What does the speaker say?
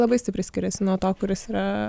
labai stipriai skiriasi nuo to kuris yra